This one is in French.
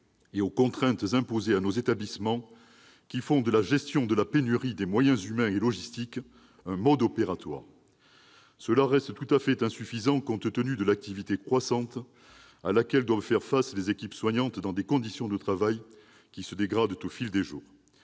et aux contraintes imposées à nos établissements, qui font de la gestion de la pénurie des moyens humains et logistiques un mode opératoire. Cela reste tout à fait insuffisant, compte tenu de l'activité croissante à laquelle doivent faire face les équipes soignantes, dans des conditions de travail qui se dégradent au fil des jours.